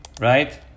Right